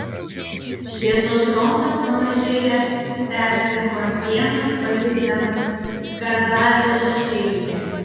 šviesos rombas pamažėle perslinko ant sienos palikdamas karavadžą šešėlyje